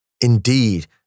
Indeed